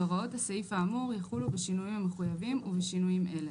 והוראות הסעיף האמור יחולו בשינויים המחויבים ובשינויים אלה: